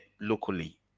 locally